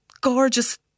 gorgeous